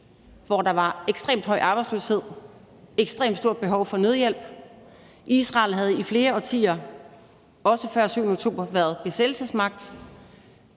at der var ekstremt høj arbejdsløshed og ekstremt stort behov for nødhjælp. Israel havde i flere årtier, også før den 7. oktober, været besættelsesmagt